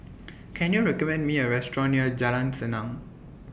Can YOU recommend Me A Restaurant near Jalan Senang